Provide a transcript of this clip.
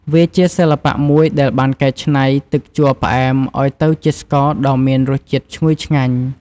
វាជាសិល្បៈមួយដែលបានកែច្នៃទឹកជ័រផ្អែមឲ្យទៅជាស្ករដ៏មានរសជាតិឈ្ងុយឆ្ងាញ់។